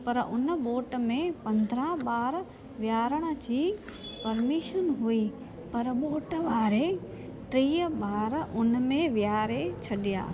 पर हुन बोट में पंद्रहां ॿार विहारण जी परमिशन हुई पर बोट वारे टीह ॿार हुन में विहारे छॾिया